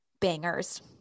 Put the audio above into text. bangers